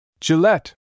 Gillette